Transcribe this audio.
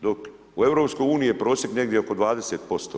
Dok u EU je prosjek negdje oko 20%